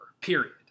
period